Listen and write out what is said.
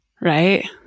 Right